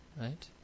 Right